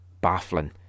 baffling